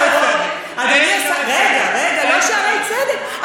אין שערי צדק.